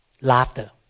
Laughter